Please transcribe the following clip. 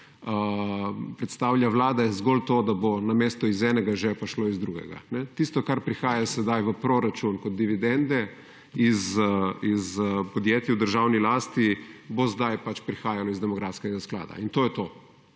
predstavlja Vlada, je zgolj to, da bo namesto iz enega žepa šlo iz drugega. Tisto kar prihaja sedaj v proračun kot dividende iz podjetja v državni lastni, bo zdaj prihajalo iz demografskega sklada in to je to,